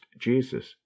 jesus